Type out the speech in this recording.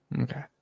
okay